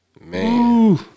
Man